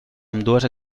ambdues